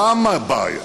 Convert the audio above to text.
למה הבעיה?